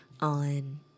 on